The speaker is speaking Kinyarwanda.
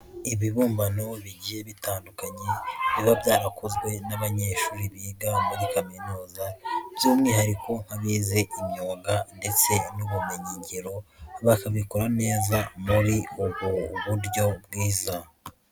Ibibumbano bigiye bitandukanye, biba byarakozwe n'abanyeshuri biga muri Kaminuza, by'umwihariko nk'abize imyuga ndetse n'ubumenyingiro, bakabikora neza muri ubwo buryo bwiza.